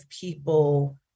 people